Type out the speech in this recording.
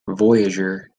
voyager